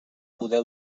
poder